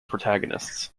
protagonists